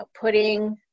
putting